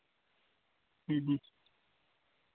ᱦᱮᱸ ᱦᱮᱸ